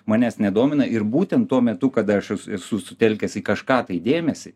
manęs nedomina ir būtent tuo metu kada aš esu sutelkęs į kažką tai dėmesį